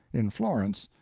in florence,